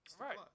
Right